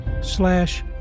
slash